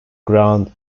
ground